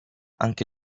anche